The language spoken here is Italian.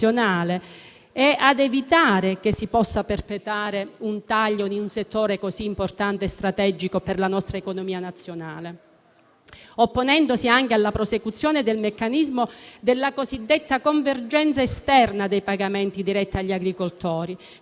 ed evitare che si possa perpetrare un taglio in un settore così importante e strategico per la nostra economia nazionale, opponendosi anche alla prosecuzione del meccanismo della cosiddetta convergenza esterna dei pagamenti diretti agli agricoltori,